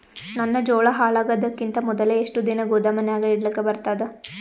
ನನ್ನ ಜೋಳಾ ಹಾಳಾಗದಕ್ಕಿಂತ ಮೊದಲೇ ಎಷ್ಟು ದಿನ ಗೊದಾಮನ್ಯಾಗ ಇಡಲಕ ಬರ್ತಾದ?